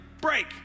break